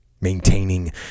Maintaining